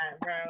bro